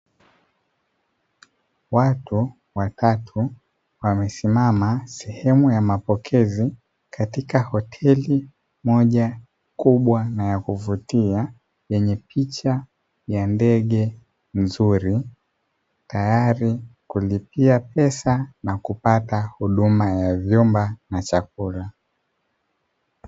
Watu watatu wamesimama sehemu ya mapokezi katika hoteli moja kubwa na ya kuvutia yenye picha ya ndege mzuri tayari kulipia pesa na kupata huduma ya vyumba na chakula.